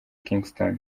kingston